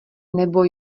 nebo